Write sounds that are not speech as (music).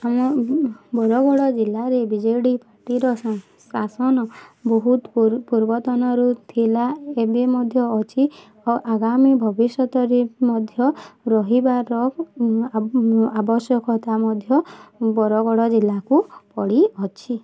ମୁଁ ବରଗଡ଼ ଜିଲ୍ଲାରେ B J D (unintelligible) ଶାସନ ବହୁତ ପୂର୍ବ ପୂର୍ବତନରୁ ଥିଲା ଏବେ ମଧ୍ୟ ଅଛି ଓ ଆଗାମୀ ଭବିଷ୍ୟତରେ ମଧ୍ୟ ରହିବାର ଆବଶ୍ୟକତା ମଧ୍ୟ ବରଗଡ଼ ଜିଲ୍ଲାକୁ ପଡ଼ିଅଛି